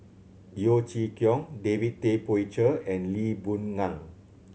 Yeo Chee Kiong David Tay Poey Cher and Lee Boon Ngan